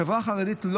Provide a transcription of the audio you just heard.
החברה החרדית,